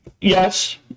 Yes